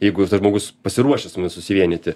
jeigu tas žmogus pasiruošęs su mumis susivienyti